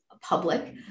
public